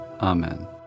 Amen